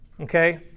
okay